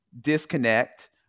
disconnect